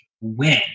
win